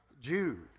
Jude